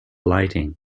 lighting